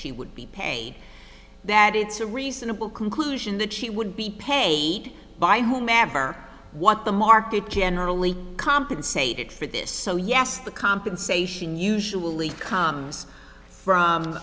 she would be paid that it's a reasonable conclusion that she would be paid by whomever what the market generally compensated for this so yes the compensation usually comes from